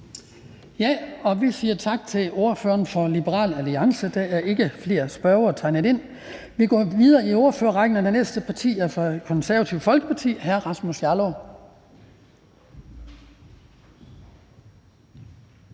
Vi siger tak til ordføreren for Liberal Alliance. Der er ikke flere spørgere tegnet ind. Vi går videre i ordførerrækken, og den næste ordfører er fra Det Konservative Folkeparti, og det er hr. Rasmus Jarlov.